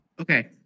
Okay